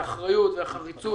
האחריות והחריצות,